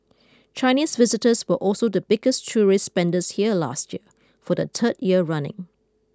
Chinese visitors were also the biggest tourist spenders here last year for the third year running